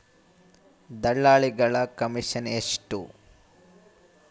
ದಲ್ಲಾಳಿಗಳ ಕಮಿಷನ್ ಎಷ್ಟು?